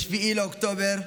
ב-7 באוקטובר,